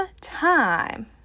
time